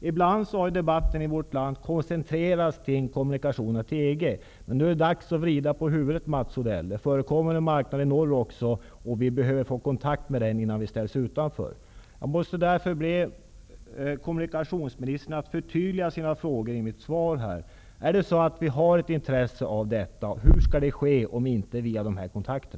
Ibland har debatten här i landet koncentrerats till att handla om kommunikationer till EG-området. Nu är det dags att vrida på huvudet, Mats Odell. Det finns en marknad också i norr, och vi behöver få kontakt med den innan vi ställs utanför. Därför måste jag be kommunikationsministern att förtydliga sina svar på mina frågor. Har vi ett intresse här, eller hur skall det hela ske om inte via dessa kontakter?